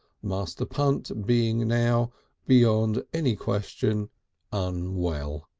master punt being now beyond any question unwell.